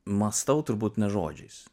mąstau turbūt ne žodžiais